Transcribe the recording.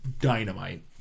dynamite